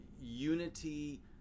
unity